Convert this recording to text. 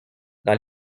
dans